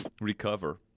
recover